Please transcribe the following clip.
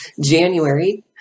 January